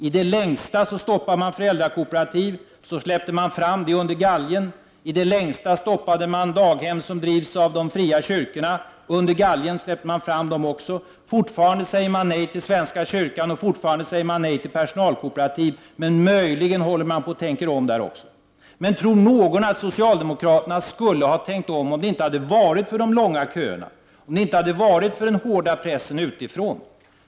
I det längsta stoppade man föräldrakooperativ — så släppte man fram dem under galgen. I det längsta stoppade man daghem som drivs av de fria kyrkorna — under galgen släpper man fram dem också. Fortfarande säger man nej till svenska kyrkan och personalkooperativ, men möjligen håller man på att tänka om där också. Men tror någon att socialdemokraterna skulle ha tänkt om ifall det inte varit för de långa köerna och den hårda pressen utifrån?